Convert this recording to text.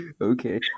Okay